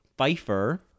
Pfeiffer